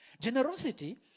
Generosity